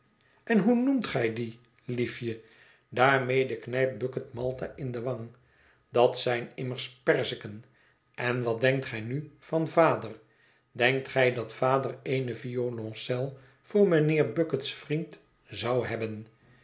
en hoe noemt gij die liefje daarmede knijpt bucket malta in de wang dat zijn immers perziken en wat denkt gij nu van vader denkt gij dat vader eene violoncel voor mijnheer bucket's vriend zou hebben